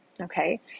Okay